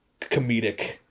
comedic